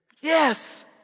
Yes